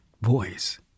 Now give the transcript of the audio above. voice